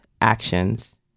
actions